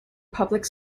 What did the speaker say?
public